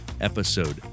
episode